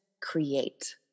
create